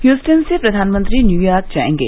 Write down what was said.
Houston से प्रधानमंत्री New York जायेंगे